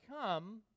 come